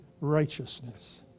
righteousness